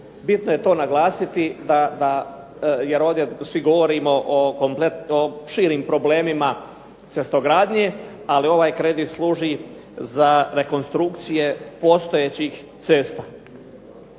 Bitno je to naglasiti jer ovdje svi govorimo o širim problemima cestogradnje, ali ovaj kredit služi za rekonstrukcije postojećih cesta,